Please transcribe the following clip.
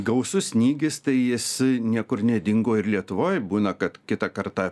gausus snygis tai jis niekur nedingo ir lietuvoj būna kad kitą kartą